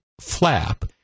flap